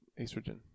estrogen